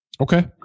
okay